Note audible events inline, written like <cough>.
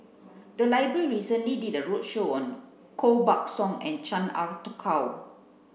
the library recently did a roadshow on Koh Buck Song and Chan Ah <unintelligible> Kow